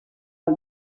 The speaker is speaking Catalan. del